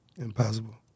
Impossible